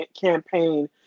campaign